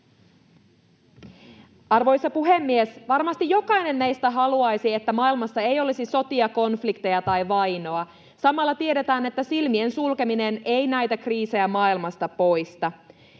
Arvoisa puhemies! Varmasti jokainen meistä haluaisi, että maailmassa ei olisi sotia, konflikteja tai vainoa. Samalla tiedetään, että silmien sulkeminen ei näitä kriisejä maailmasta poista.